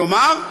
כלומר,